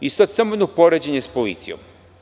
Sada samo jedno poređenje sa policijom.